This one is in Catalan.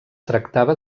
tractava